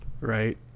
right